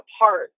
apart